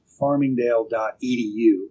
farmingdale.edu